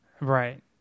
Right